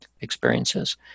experiences